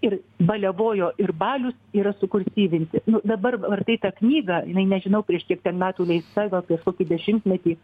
ir baliavojo ir balius yra sukursyvinti nu dabar vartai tą knygą jinai nežinau prieš kiek ten metų leista gal prieš kokį dešimtmetį